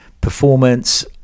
performance